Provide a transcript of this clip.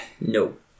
nope